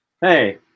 Hey